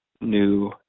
new